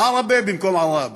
עארבה במקום עראבה,